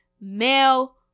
male